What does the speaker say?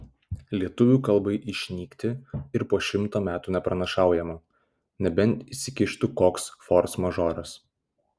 lietuvių kalbai išnykti ir po šimto metų nepranašaujama nebent įsikištų koks forsmažoras